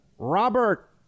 Robert